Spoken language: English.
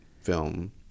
film